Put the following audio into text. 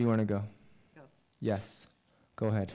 do you want to go yes go ahead